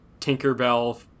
tinkerbell